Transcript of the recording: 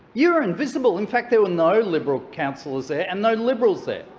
you were invisible. in fact, there were no liberal councillors there and no liberals there,